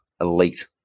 elite